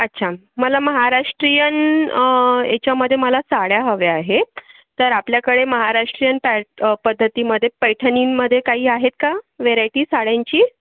अच्छा मला महाराष्ट्रीयन ह्याच्यामध्ये मला साड्या हव्या आहेत तर आपल्याकडे महाराष्ट्रीयन पॅट पद्धतीमध्ये पैठणींमध्ये काही आहेत का व्हेरायटी साड्यांची